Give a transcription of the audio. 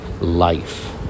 life